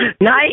Nice